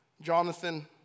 Jonathan